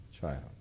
child